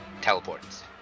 teleports